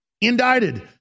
indicted